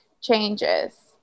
changes